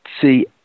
see